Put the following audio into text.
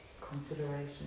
consideration